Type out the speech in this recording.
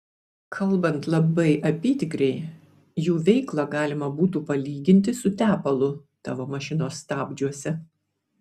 kalbant labai apytikriai jų veiklą galima būtų palyginti su tepalu tavo mašinos stabdžiuose